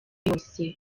yose